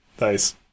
Nice